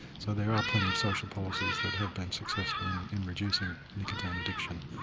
so there are plenty of social policies that have been successful in in reducing nicotine addiction.